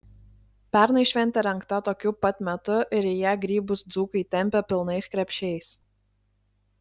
pernai šventė rengta tokiu pat metu ir į ją grybus dzūkai tempė pilnais krepšiais